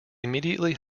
immediately